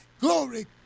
Glory